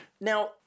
Now